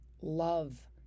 Love